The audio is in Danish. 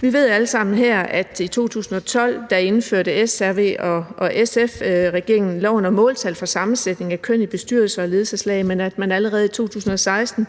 Vi ved alle sammen her, at i 2012 indførte SRVSF-regeringen loven om måltal for sammensætningen af køn i bestyrelser og ledelseslag, men at man allerede i 2016